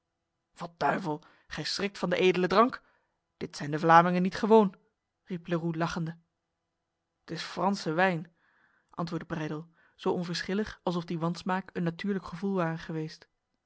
wat duivel gij schrikt van de edele drank dit zijn de vlamingen niet gewoon riep leroux lachende het is franse wijn antwoordde breydel zo onverschillig alsof die wansmaak een natuurlijk gevoel ware geweest